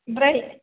ओमफ्राय